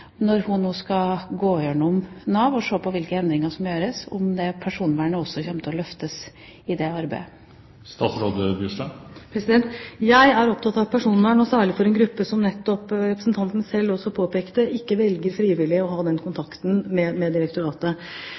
når hun nå skal gå gjennom Nav og se på hvilke endringer som må gjøres, om personvernet kommer til å løftes i det arbeidet. Jeg er opptatt av personvern og særlig for en gruppe som, som nettopp representanten selv også påpekte, ikke velger frivillig å ha den kontakten med direktoratet.